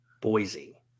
boise